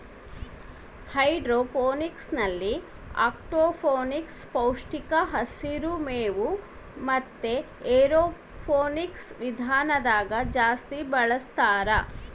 ಹೈಡ್ರೋಫೋನಿಕ್ಸ್ನಲ್ಲಿ ಅಕ್ವಾಫೋನಿಕ್ಸ್, ಪೌಷ್ಟಿಕ ಹಸಿರು ಮೇವು ಮತೆ ಏರೋಫೋನಿಕ್ಸ್ ವಿಧಾನದಾಗ ಜಾಸ್ತಿ ಬಳಸ್ತಾರ